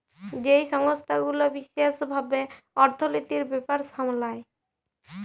যেই সংস্থা গুলা বিশেস ভাবে অর্থলিতির ব্যাপার সামলায়